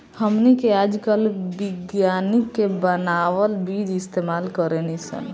हमनी के आजकल विज्ञानिक के बानावल बीज इस्तेमाल करेनी सन